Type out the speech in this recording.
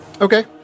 Okay